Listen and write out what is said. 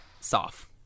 Soft